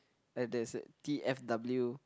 like there's a t_f_w